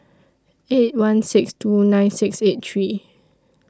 eight one six two nine six eight three